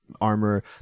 armor